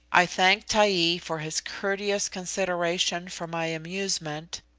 i thanked taee for his courteous consideration for my amusement,